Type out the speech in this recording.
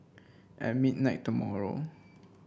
at midnight tomorrow